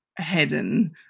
hidden